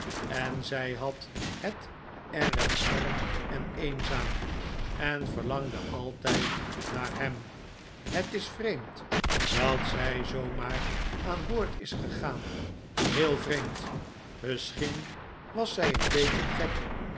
en zij had het erg arm en eenzaam en verlangde altijd naar hem het is vreemd dat zij zoo maar aan boord is gegaan heel vreemd misschien was zij een beetje gek